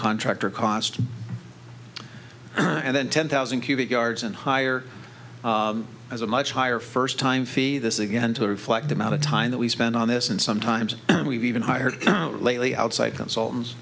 contractor cost and then ten thousand cubic yards and higher as a much higher first time fee this is again to reflect the amount of time that we spend on this and sometimes we've even hired lately outside consultants